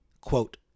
Quote